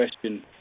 question